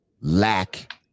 lack